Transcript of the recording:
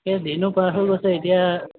এ দিনো পাৰ হৈ গৈছে এতিয়া